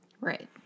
Right